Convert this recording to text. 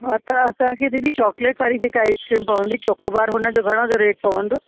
हा त असांखे दीदी चॉकलेट वारी जेका आइसक्रीम पवंदी चोकोबार हुनजो घणे जो रेट पवंदो